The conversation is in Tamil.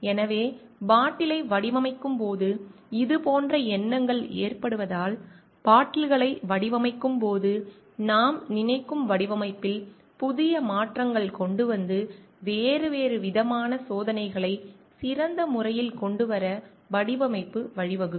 எனவே பாட்டிலை வடிவமைக்கும்போது இது போன்ற எண்ணங்கள் ஏற்படுவதால் பாட்டில்களை வடிவமைக்கும் போது நாம் நினைக்கும் வடிவமைப்பில் புதிய மாற்றங்களைக் கொண்டு வந்து வேறுவிதமான சோதனைகளை சிறந்த முறையில் கொண்டு வர வடிவமைப்பு வழிவகுக்கும்